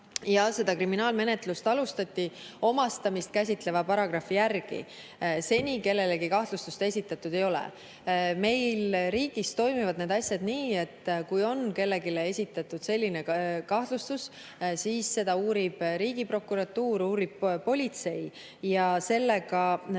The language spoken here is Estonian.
ja seda kriminaalmenetlust alustati omastamist käsitleva paragrahvi järgi. Seni kellelegi kahtlustust esitatud ei ole. Meil riigis toimivad need asjad nii, et kui kellelegi on esitatud selline kahtlustus, siis seda uurib Riigiprokuratuur, uurib politsei ja sellega